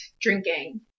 drinking